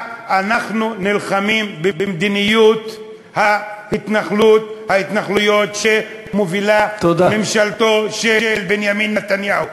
אנחנו נלחמים במדיניות ההתנחלויות שמובילה ממשלתו של בנימין נתניהו,